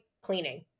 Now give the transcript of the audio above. cleaning